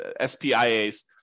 SPIA's